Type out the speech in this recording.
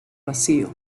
vacío